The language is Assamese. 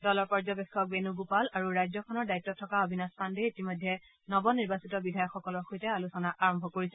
দলৰ পৰ্যবেক্ষক বেণুগোপাল আৰু ৰাজ্যখনৰ দায়িত্বত থকা অবিনাশ পাণ্ডেই ইতিমধ্যে নৱ নিৰ্বাচিত বিধায়কসকলৰ সৈতে আলোচনা আৰম্ভ কৰিছে